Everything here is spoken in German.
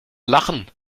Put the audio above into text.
lachen